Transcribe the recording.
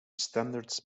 standards